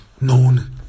known